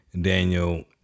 daniel